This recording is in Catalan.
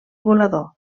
volador